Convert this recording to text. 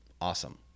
awesome